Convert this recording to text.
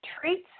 treats